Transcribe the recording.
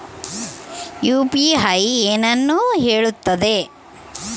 UPI ಏನನ್ನು ಹೇಳುತ್ತದೆ?